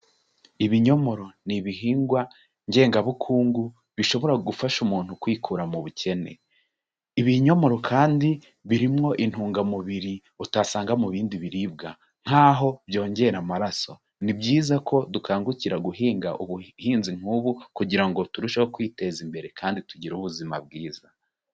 Ibinyomoro ni ibihingwa ngengabukungu bishobora gufasha umuntu kwikura mu bukene, ibinyomoro kandi birimowo intungamubiri utasanga mu bindi biribwa, nk'aho byongera amaraso, ni byiza ko dukangukira guhinga ubuhinzi nk'ubu, kugira ngo turusheho kwiteza imbere kandi tugire ubuzima bwiza.